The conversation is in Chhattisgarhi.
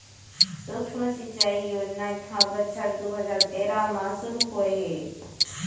सुक्ष्म सिंचई योजना ह बछर दू हजार तेरा म सुरू होए हे